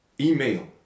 email